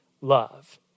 love